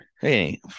Hey